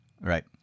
right